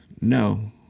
no